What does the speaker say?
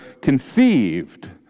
conceived